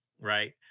Right